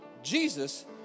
Jesus